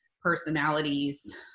personalities